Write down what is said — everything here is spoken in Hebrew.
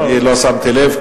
אני לא שמתי לב.